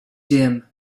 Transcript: dim